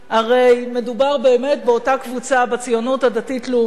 הרי מדובר באמת באותה קבוצה בציונות הדתית-לאומית,